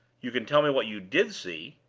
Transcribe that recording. you can tell me what you did see?